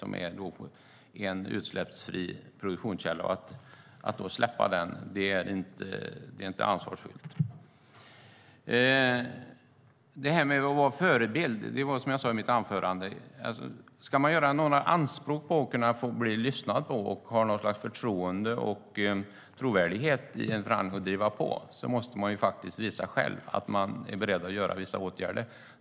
Det är en utsläppsfri produktionskälla. Att släppa den är inte ansvarsfullt. När det gäller att vara en förebild är det, som jag sa i mitt anförande, på det sättet att om man ska göra anspråk på att bli lyssnad på och ha något slags trovärdighet i en förhandling och driva på måste man själv visa att man är beredd att vidta vissa åtgärder.